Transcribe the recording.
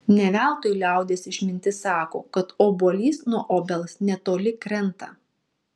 ne veltui liaudies išmintis sako kad obuolys nuo obels netoli krenta